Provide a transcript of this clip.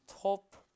top